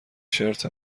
شرت